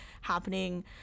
happening